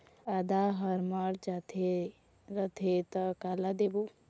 आदा हर मर जाथे रथे त काला देबो?